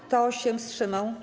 Kto się wstrzymał?